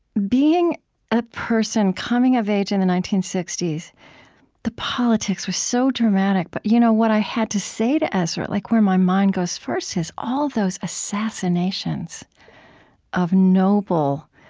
being a person coming of age in the nineteen sixty s the politics were so dramatic. but you know what i had to say to ezra, like where my mind goes first, is all those assassinations of noble,